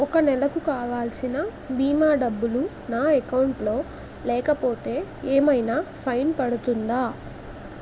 ఒక నెలకు కావాల్సిన భీమా డబ్బులు నా అకౌంట్ లో లేకపోతే ఏమైనా ఫైన్ పడుతుందా?